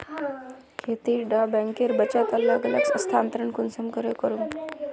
खेती डा बैंकेर बचत अलग अलग स्थानंतरण कुंसम करे करूम?